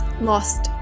lost